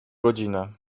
godziny